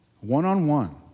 one-on-one